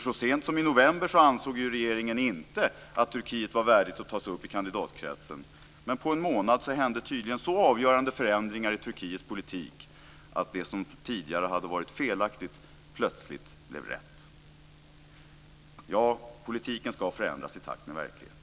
Så sent som i november ansåg regeringen inte att Turkiet var värdigt att tas upp i kandidatkretsen, men på en månad skedde tydligen så avgörande förändringar i Turkiets politik att det som tidigare hade varit felaktigt plötsligt blev rätt. Ja, politiken ska förändras i takt med verkligheten.